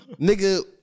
Nigga